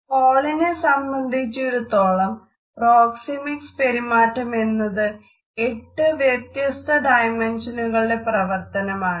ഹാളിനെ സംബന്ധിച്ചിടത്തോളം പ്രോക്സെമിക്സ് പെരുമാറ്റം എന്നത് എട്ട് വ്യത്യസ്ത ഡൈമെൻഷനുകളുടെ പ്രവർത്തനമാണ്